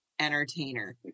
entertainer